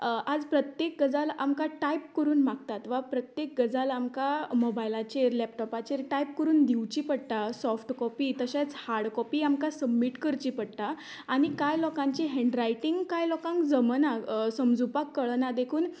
आयज प्रत्येक गजाल आमकां टायप करून मागतात वा प्रत्येक गजाल आमकां मोबायलाचेर लेपटॉपाचेर टायप करून दिवची पडटा सोफ्ट कॉपी तशेंच हार्ड कॉपी आमकां सबमीट करची पडटा आनी कांय लोकांची हेंन्ड रायटिंग कांय लोकांक जमना समजूपाक कळना देखून